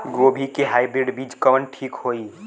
गोभी के हाईब्रिड बीज कवन ठीक होई?